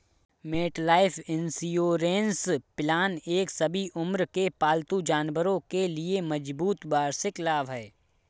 MetLife insurance plan एक सभी उम्र के पालतू जानवरों के लिए मजबूत वार्षिक लाभ है